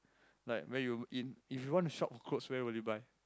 like when you in if you want to shop your cloth where will you buy